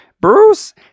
Bruce